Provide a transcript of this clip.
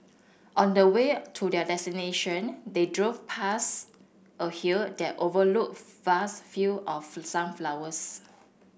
on the way to their destination they drove past a hill that overlooked fast field of sunflowers